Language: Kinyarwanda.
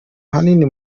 hanini